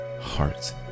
heart